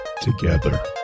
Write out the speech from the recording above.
together